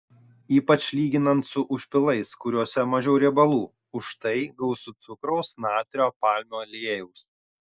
ypač lyginant su užpilais kuriuose mažiau riebalų užtai gausu cukraus natrio palmių aliejaus